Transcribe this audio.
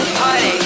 party